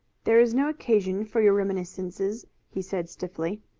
there is no occasion for your reminiscences, he said stiffly.